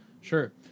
Sure